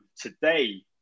today